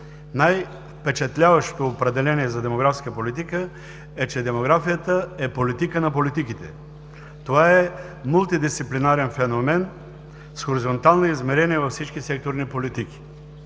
най-впечатляващо определение за демографска политика е, че демографията е политика на политиките. Това е мултидисциплинарен феномен с хоризонтални измерения във всички секторни политики.